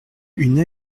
une